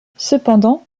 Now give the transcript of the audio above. cependant